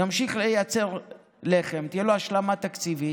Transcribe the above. הוא ימשיך לייצר לחם, תהיה לו השלמה תקציבית,